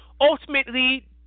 ultimately